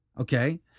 okay